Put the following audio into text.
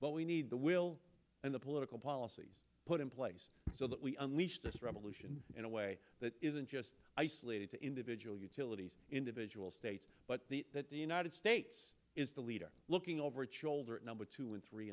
but we need the will and the political policies put in place so that we unleash this revolution in a way that isn't just isolated to individual utilities individual states but the that the united states is the leader looking over children number two in three